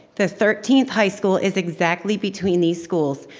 the thirteenth high school is exactly between these schools,